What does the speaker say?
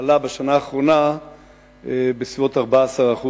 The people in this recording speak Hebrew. עלה בשנה האחרונה בסביבות 14%,